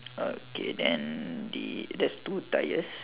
okay then the there's two tyres